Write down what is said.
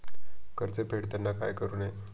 कर्ज फेडताना काय करु नये?